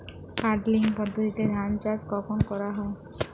Puddling পদ্ধতিতে ধান চাষ কখন করা হয়?